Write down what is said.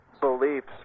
beliefs